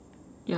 ya